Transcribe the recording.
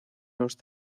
los